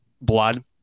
blood